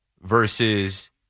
versus